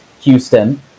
Houston